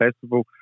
Festival